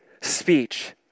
speech